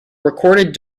recorded